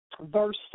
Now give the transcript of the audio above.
verse